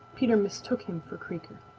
peter mistook him for creaker.